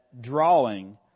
drawing